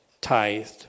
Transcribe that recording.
tithed